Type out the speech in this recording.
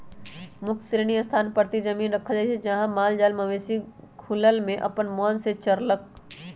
मुक्त श्रेणी स्थान परती जमिन रखल जाइ छइ जहा माल मवेशि खुलल में अप्पन मोन से घुम कऽ चरलक